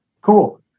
Cool